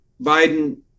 Biden